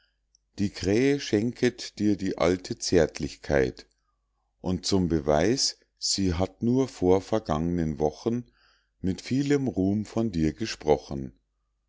die krähe schenket dir die alte zärtlichkeit und zum beweis sie hat nur vor vergang'nen wochen mit vielem ruhm von dir gesprochen